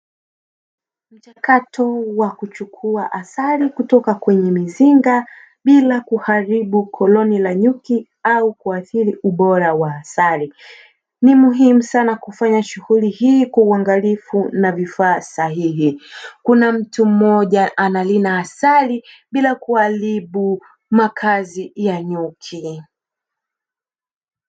Mchakato wa kuchukua asali kutoka kwenye mizinga bila kuharibu koloni la nyuki au kuathiri ubora wa asali, Ni muhimu sana kufanya shughuli hii kwa uangalifu na vifaa sahihi. Kuna mtu mmoja analina asali bila kuharibu makazi ya nyuki.